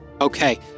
Okay